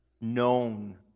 known